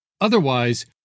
Otherwise